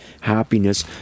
happiness